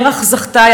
מרח זכתה,